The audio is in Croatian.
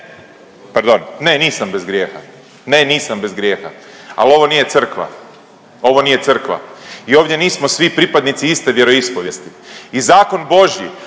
Pardon, ne nisam bez grijeha. Ne nisam bez grijeha. Ali ovo nije crkva, ovo nije crkva i ovdje nismo svi pripadnici iste vjeroispovijesti i zakon božji